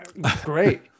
great